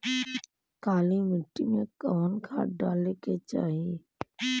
काली मिट्टी में कवन खाद डाले के चाही?